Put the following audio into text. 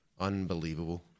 unbelievable